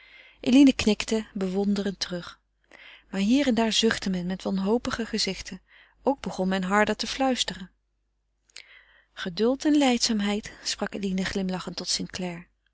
eline knikte bewonderend terug maar hier en daar zuchtte men met wanhopige gezichten ook begon men harder te fluisteren geduld en lijdzaamheid sprak eline glimlachend tot